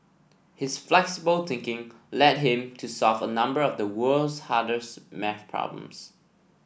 his flexible thinking led him to solve a number of the world's hardest maths problems